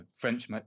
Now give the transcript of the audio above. French